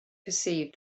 perceived